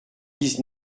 dix